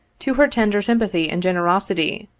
to her tender sympathy and generosity,